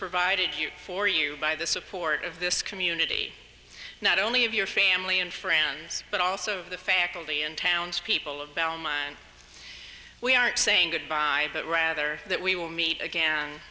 provided for you by the support of this community not only of your family and friends but also the faculty and townspeople of belmont we aren't saying goodbye but rather that we will meet again